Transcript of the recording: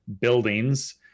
buildings